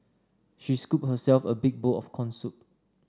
she scooped herself a big bowl of corn soup